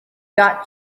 got